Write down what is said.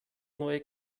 neue